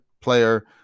player